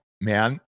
man